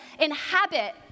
inhabit